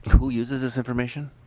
who uses this information